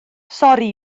sori